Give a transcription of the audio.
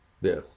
Yes